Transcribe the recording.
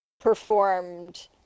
performed